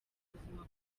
ubuzima